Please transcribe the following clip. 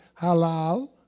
halal